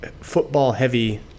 football-heavy